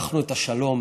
אנחנו, את השלום